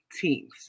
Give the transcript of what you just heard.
teams